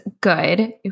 good